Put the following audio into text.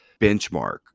benchmark